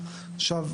עכשיו,